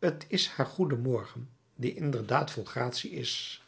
t is haar goeden morgen die inderdaad vol gratie is